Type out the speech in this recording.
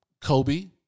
Kobe